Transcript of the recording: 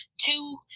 Two